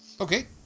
Okay